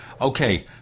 Okay